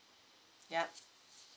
ya